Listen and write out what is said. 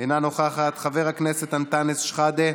אינה נוכחת, חבר הכנסת אנטאנס שחאדה,